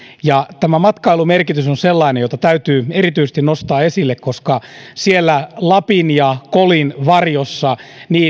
tämän matkailumerkitys on on sellainen jota täytyy erityisesti nostaa esille koska siellä lapin ja kolin varjossa